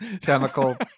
chemical